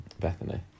Bethany